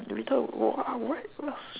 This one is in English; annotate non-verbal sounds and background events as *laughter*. *noise*